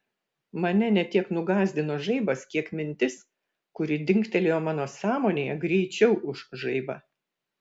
mane ne tiek nugąsdino žaibas kiek mintis kuri dingtelėjo mano sąmonėje greičiau už žaibą